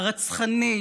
הרצחנית,